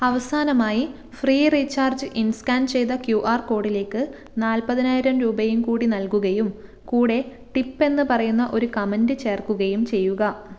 അവസാനമായി free recharge in scan ചെയ്ത Q R കോഡിലേക്ക് നാൽപ്പതിനായിരം രൂപയും കൂടി നൽകുകയും കൂടെ ടിപ്പ് എന്ന് പറയുന്ന ഒരു കമൻറ്റ് ചേർക്കുകയും ചെയ്യുക